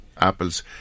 apples